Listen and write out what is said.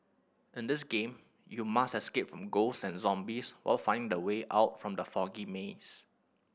in this game you must escape from ghost and zombies while finding the way out from the foggy maze